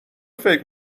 فکر